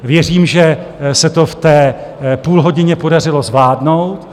Věřím, že se to v té půlhodině podařilo zvládnout.